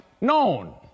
known